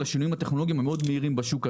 לשינויים הטכנולוגיים המהירים מאוד בשוק הזה.